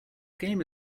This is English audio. game